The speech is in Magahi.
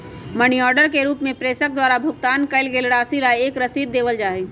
मनी ऑर्डर के रूप में प्रेषक द्वारा भुगतान कइल गईल राशि ला एक रसीद देवल जा हई